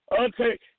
okay